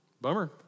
Bummer